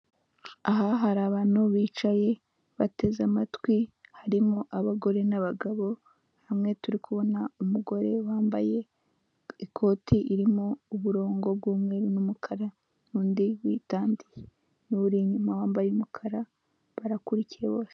Aha hari abantu bicaye bateze amatwi harimo abagore n'abagabo bamwe turi kubona umugore wambaye ikoti ririmo uburongo bw'umweru n'umukara n'undi witandiye buri inyuma wambaye umukara barakurikiye bose.